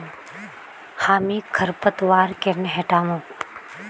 हामी खरपतवार केन न हटामु